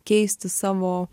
keisti savo